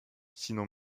sinon